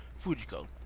Fujiko